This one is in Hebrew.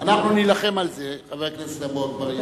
אנחנו נילחם על זה, חבר הכנסת עפו אגבאריה.